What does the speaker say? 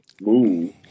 move